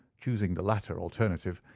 choosing the latter alternative,